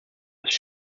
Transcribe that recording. was